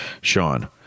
Sean